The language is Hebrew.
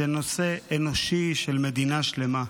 זה נושא אנושי של מדינה שלמה.